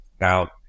Now